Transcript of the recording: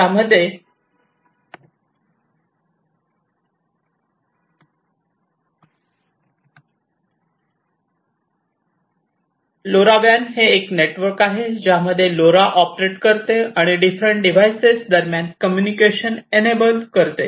LoRa WAN हे एक network आहे ज्यामध्ये LoRa ऑपरेट करते आणि डिफरंट डिव्हाइस दरम्यान कम्युनिकेशन एनएबल करते